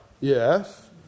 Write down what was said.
Yes